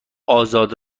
آزاد